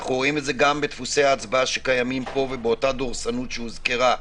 אנחנו רואים את זה גם בדפוסי ההצבעה שקיימים פה ובאותה דורסנות שהוזכרה,